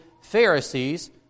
Pharisees